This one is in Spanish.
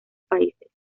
países